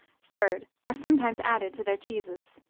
third, are sometimes added to their cheeses.